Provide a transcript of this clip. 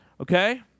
Okay